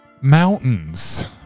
Mountains